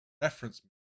reference